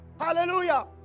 Hallelujah